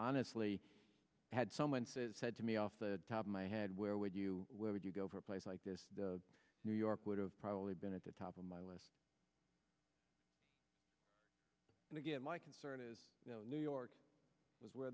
honestly had someone said to me off the top of my head where would you where would you go for a place like this the new york would have probably been at the top of my list and again my concern is you know new york is where